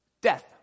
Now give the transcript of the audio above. Death